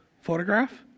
photograph